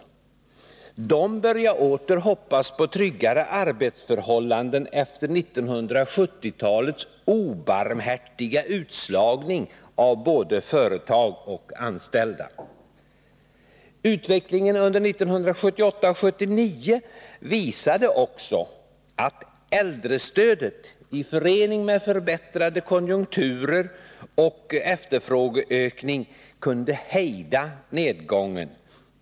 De började åter hoppas på trygga arbetsförhållanden efter 1970-talets obarmhärtiga utslagning av både företag och anställda. Utvecklingen under 1978 och 1979 visade också att äldrestödet i förening med förbättrade konjunkturer och efterfrågeökning kunde hejda nedgången.